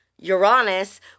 Uranus